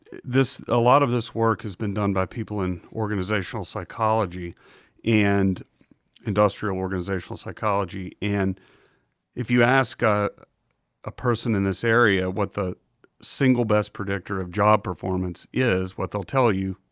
a lot of this work has been done by people in organizational psychology and industrial organizational psychology. and if you ask ah a person in this area what the single-best predictor of job performance is, what they'll tell you,